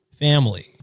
family